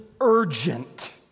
urgent